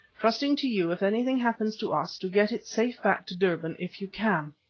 trusting to you, if anything happens to us, to get it safe back to durban if you can.